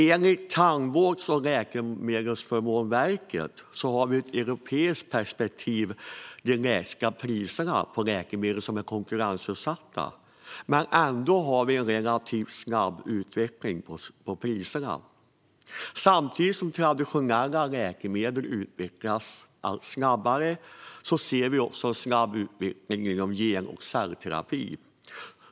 Enligt Tandvårds och läkemedelsförmånsverket har vi ur ett europeiskt perspektiv de lägsta priserna på läkemedel som är konkurrensutsatta. Ändå har vi en relativt snabb utveckling av priserna. Samtidigt som traditionella läkemedel utvecklas allt snabbare ser vi också en snabb utveckling inom gen och cellterapi.